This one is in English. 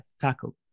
tackled